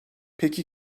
peki